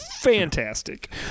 fantastic